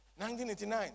1989